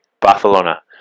Barcelona